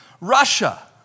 Russia